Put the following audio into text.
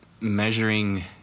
measuring